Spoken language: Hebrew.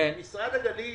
ובמשרד הגליל